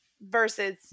Versus